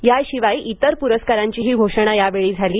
याशिवाय इतर प्रस्कारांचीही घोषणा यावेळी झाली